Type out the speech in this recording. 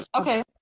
okay